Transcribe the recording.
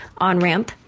OnRamp